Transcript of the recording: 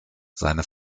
seine